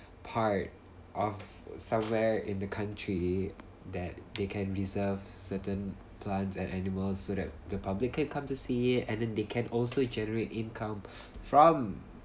part of somewhere in the country that they can reserve certain plants and animals so that the public can come to see it and then they can also generate income from